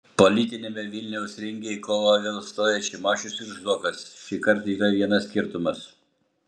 politiniame vilniaus ringe į kovą vėl stoja šimašius ir zuokas šįkart yra vienas skirtumas